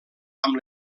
amb